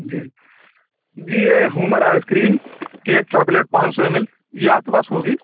جی جی یہ Homer ice cream cake chocolate پانچ سو ایم ایل یہ آپ کے پاس ہوگی